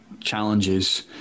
challenges